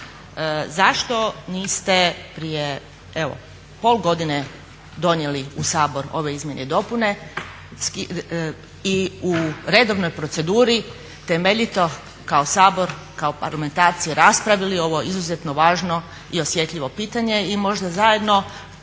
Zašto niste prije evo pol godine donijeli u Sabor ove izmjene i dopune i u redovnoj proceduri temeljito kao Sabor, kao parlamentarci raspravili ovo izuzetno važno i osjetljivo pitanje i možda zajedno